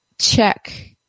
check